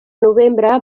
novembre